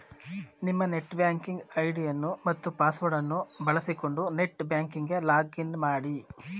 ನಿಮ್ಮ net banking ಐಡಿಯನ್ನು ಮತ್ತು ಪಾಸ್ವರ್ಡ್ ಅನ್ನು ಬಳಸಿಕೊಂಡು ನೆಟ್ ಬ್ಯಾಂಕಿಂಗ್ ಗೆ ಲಾಗ್ ಇನ್ ಮಾಡಿ